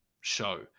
show